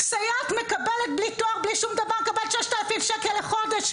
סייעת מקבלת בלי תואר ובלי שום דבר משכורת של 6,000 שקלים לחודש.